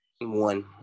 one